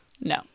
No